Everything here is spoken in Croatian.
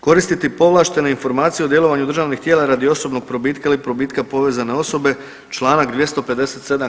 Koristiti povlaštene informacije o djelovanju državnih tijela radi osobnog probitka ili probitka povezane osobe, članak 257.